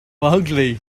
ugly